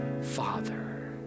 father